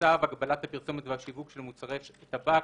צו הגבלת הפרסומת והשיווק של מוצרי טבק,